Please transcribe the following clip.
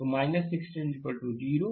तो 16 ०